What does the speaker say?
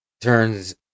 turns